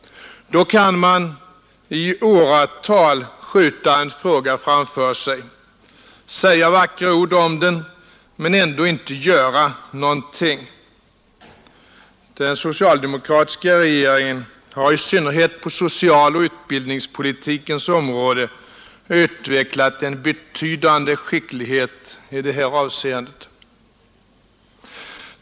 Då kan man i åratal skjuta en fråga framför sig, säga vackra ord om den men ändå inte göra någonting. Den socialdemokratiska regeringen har i synnerhet på socialoch utbildningspolitikens område utvecklat en betydande skicklighet i det här avseendet.